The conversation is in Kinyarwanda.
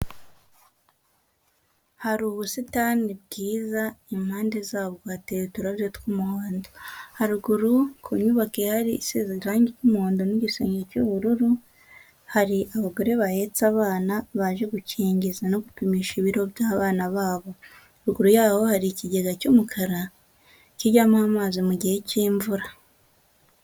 Hari ubusitani bwiza impande zabwo hateye uturabo tw'umuhondo. Haruguru ku nyubako ihari isize irangi ry'umuhondo n'igisenge cy'ubururu, hari abagore bahetse abana baje gukingiza no gupimisha ibiro by'abana babo, ruguru yabo hari ikigega cy'umukara kijyamo amazi mu gihe cy'imvura.